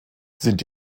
sind